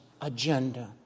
agenda